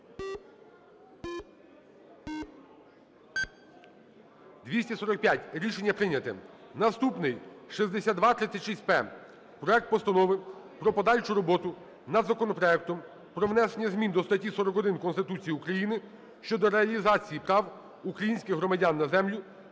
За-245 Рішення прийнято. Наступний 6236-П - проект Постанови про подальшу роботу над законопроектом про внесення змін до статті 41 Конституції України щодо реалізації прав українських громадян на землю,